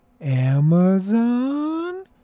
Amazon